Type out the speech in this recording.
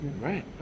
Right